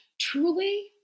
Truly